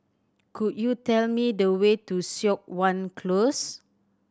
could you tell me the way to Siok Wan Close